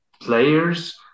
players